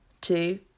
two